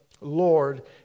Lord